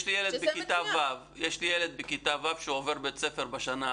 יש לי ילד בכיתה ו' שעובר לבית ספר אחר בשנה הבאה.